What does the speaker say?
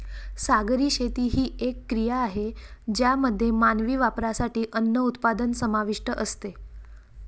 सागरी शेती ही एक क्रिया आहे ज्यामध्ये मानवी वापरासाठी अन्न उत्पादन समाविष्ट असते